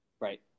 Right